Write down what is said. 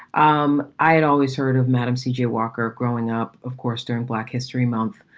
um i had always heard of madam c j. walker growing up. of course, during black history month